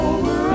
Over